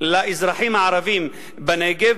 לאזרחים הערבים בנגב,